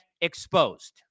exposed